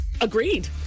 agreed